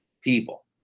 people